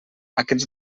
aquests